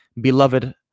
Beloved